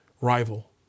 rival